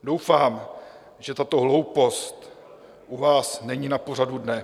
Doufám, že tato hloupost u vás není na pořadu dne.